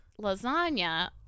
lasagna